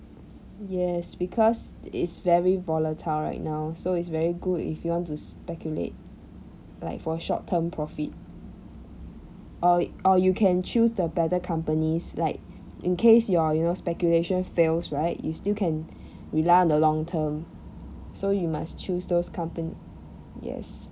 yes because it's very volatile right now so it's very good if you want speculate like for short-term profit or you or you can choose the better companies like in case your you know speculation fails right you still can rely on the long-term so you must choose those compan~ yes